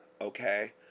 Okay